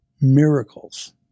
Miracles